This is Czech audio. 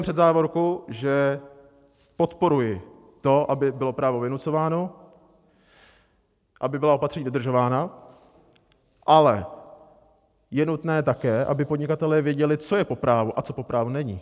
Vytýkám před závorku, že podporuji to, aby bylo právo vynucováno, aby byla opatření dodržována, ale je nutné také, aby podnikatelé věděli, co je po právu a co po právu není.